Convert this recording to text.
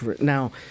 Now